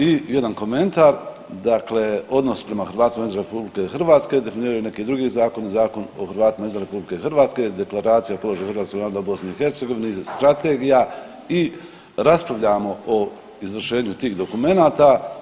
I jedan komentar, dakle odnos prema Hrvatima izvan RH definiranju neki drugi zakoni, Zakon o Hrvatima izvan RH, Deklaracija o položaju hrvatskog naroda u BiH, strategija i raspravljamo o izvršenju tih dokumenata.